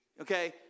Okay